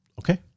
okay